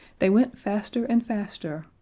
they went faster and faster,